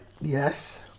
Yes